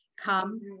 come